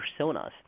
personas